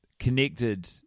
connected